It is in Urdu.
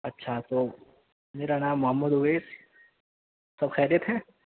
اچھا تو میرا نام محمد اویس سب خیریت ہے